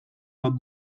bat